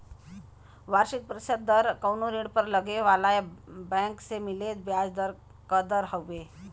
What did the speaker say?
वार्षिक प्रतिशत दर कउनो ऋण पर लगे वाला या बैंक से मिले ब्याज क दर हउवे